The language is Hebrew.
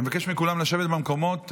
אני מבקש מכולם לשבת במקומות.